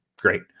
great